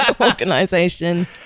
organization